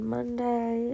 Monday